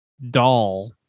doll